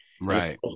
right